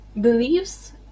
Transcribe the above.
beliefs